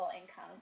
income